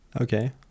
Okay